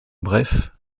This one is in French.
bref